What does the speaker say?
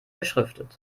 beschriftet